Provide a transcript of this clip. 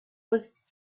was